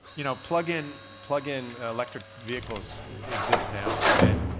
you know, plugin plugin electric vehicles exist now and